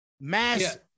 Mass